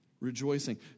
rejoicing